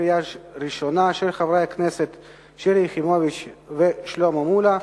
של חברי הכנסת שלי יחימוביץ ושלמה מולה,